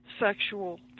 sexual